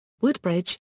Woodbridge